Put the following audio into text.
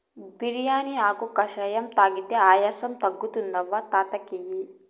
బిర్యానీ ఆకు కషాయం తాగితే ఆయాసం తగ్గుతుంది అవ్వ తాత కియి